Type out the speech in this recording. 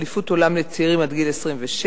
באליפות העולם לצעירים עד גיל 26,